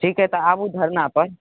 ठीक हइ तऽ आबू धरनापर